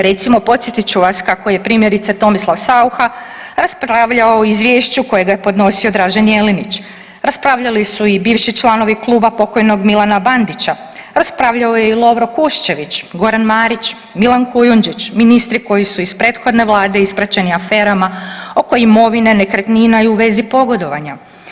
Recimo podsjetit ću vas kako je primjerice Tomislav Saucha raspravljao o izvješću koje je podnosio Dražen Jelinić, raspravljali su i bivši članovi Kluba pokojnog Milana Bandića, raspravljao je i Lovro Kuščević, Goran Marić, Milan Kujundžić, ministri koji su iz prethodne Vlade ispraćeni aferama oko imovine, nekretnina i u vezi pogodovanja.